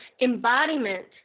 embodiment